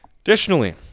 Additionally